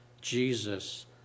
Jesus